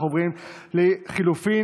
אם כך,